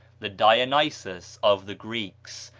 the dionysos of the greeks,